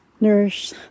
nourish